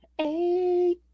eight